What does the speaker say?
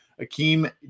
Akeem